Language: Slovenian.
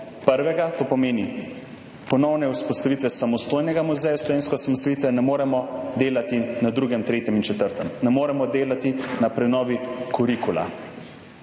prvega, to pomeni ponovne vzpostavitve samostojnega muzeja slovenske osamosvojitve, ne moremo delati na drugem, tretjem in četrtem, ne moremo delati na prenovi kurikula.